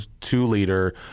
two-liter